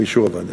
באישור הוועדה.